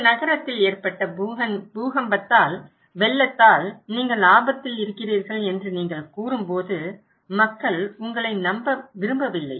இந்த நகரத்தில் ஏற்பட்ட பூகம்பத்தால் வெள்ளத்தால் நீங்கள் ஆபத்தில் இருக்கிறீர்கள் என்று நீங்கள் கூறும்போது மக்கள் உங்களை நம்ப விரும்பவில்லை